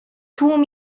tłum